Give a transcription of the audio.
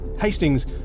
Hastings